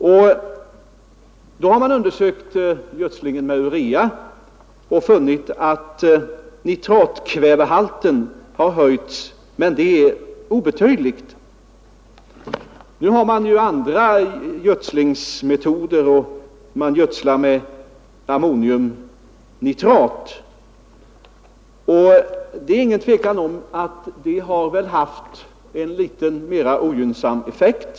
Man har undersökt gödslingen med urea och funnit att nitratkvävehalten har höjts, men obetydligt. Nu används ju andra gödslingsmetoder, och man gödslar med ammoniumnitrat. Det råder inget tvivel om att det har haft en litet mera ogynnsam effekt.